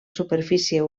superfície